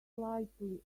slightly